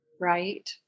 right